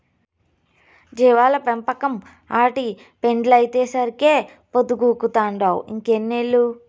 జీవాల పెంపకం, ఆటి పెండలైతేసరికే పొద్దుగూకతంటావ్ ఇంకెన్నేళ్ళు